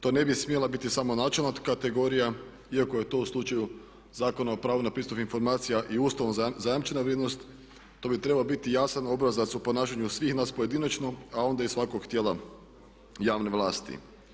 To ne bi smijelo biti samo načelna kategorija iako je to u slučaju Zakona o pravu na pristup informacija i Ustavom zajamčena vrijednost, to bi trebao biti jasan obrazac u ponašanju svih nas pojedinačno a onda i svakog tijela javne vlasti.